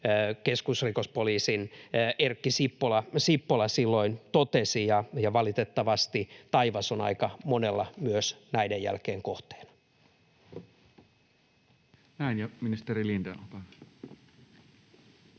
keskusrikospoliisin Erkki Sippola sen silloin totesi — ja valitettavasti taivas on aika monella näiden jälkeen myös kohteena.